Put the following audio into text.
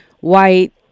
white